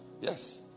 Yes